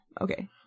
Okay